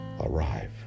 arrive